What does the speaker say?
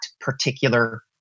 particular